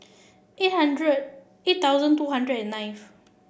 eight hundred eight thousand two hundred and ninth